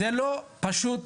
זה פשוט